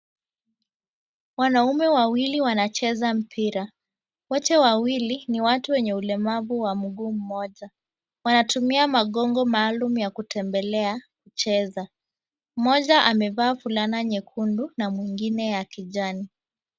Wanaume wawili wanacheza mpira, wote wawili ni watu wenye ulemavu wa mguu mmoja. Wanatumia magongo maalum ya kutembelea kucheza. Mmoja amevaa fulana nyekundu na mwingine ya kijani.